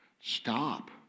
Stop